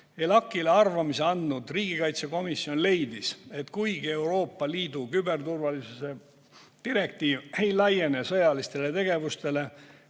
ELAK-ile arvamuse andnud riigikaitsekomisjon leidis, et kuigi Euroopa Liidu küberturvalisuse direktiiv ei laiene sõjalistele tegevustele,